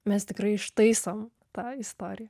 mes tikrai ištaisom tą istoriją